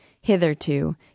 Hitherto